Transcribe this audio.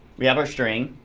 we have our string,